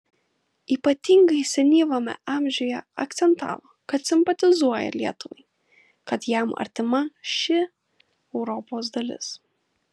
ypatingai senyvame amžiuje akcentavo kad simpatizuoja lietuvai kad jam artima šį europos dalis